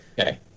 Okay